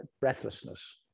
breathlessness